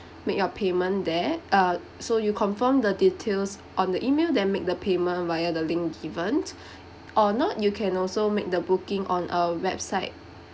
make your payment there uh so you confirm the details on the E-mail then make the payment via the link given or not you can also make the booking on our website